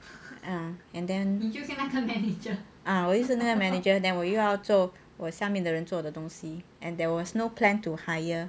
ya and then ah 我又是那个 manager and 我又要做我下面的人做的东西 and there was no plan to hire